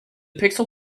pixel